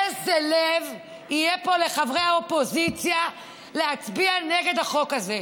איזה לב יהיה פה לחברי הקואליציה להצביע נגד החוק הזה?